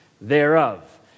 thereof